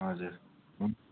हजुर हुन्छ